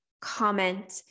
comment